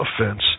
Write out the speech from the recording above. offense